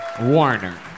Warner